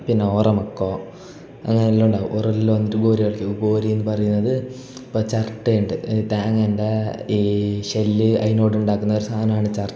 പിന്നെ ഓറെ മക്കോ അങ്ങനെയെല്ലാം ഉണ്ടാകും ഓരെല്ലാം വന്നിട്ട് ഗോലി കളിക്കും ഗോലിയെന്നു പറയുന്നത് ഇപ്പം ചിരട്ട ഉണ്ട് ഈ തേങ്ങാൻ്റെ ഈ ഷെല്ല് അതിനോട് ഉണ്ടാക്കുന്ന ഒരു സാധനമാണ് ചിരട്ട